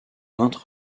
maintes